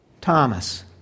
Thomas